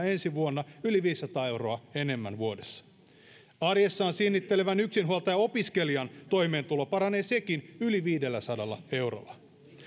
ensi vuonna yli viisisataa euroa enemmän vuodessa arjessaan sinnittelevän yksinhuoltajaopiskelijan toimeentulo paranee sekin yli viidelläsadalla eurolla